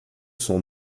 son